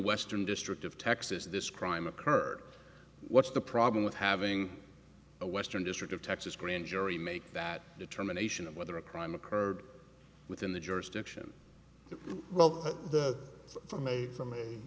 western district of texas this crime occurred what's the problem with having a western district of texas grand jury make that determination of whether a crime occurred within the jurisdiction well